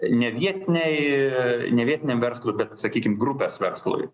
nevietiniai ir ne vietiniam verslui bet sakykim grupės verslui